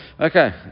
okay